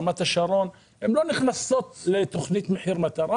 רמת השרון הן לא נכנסות לתוכנית מחיר מטרה.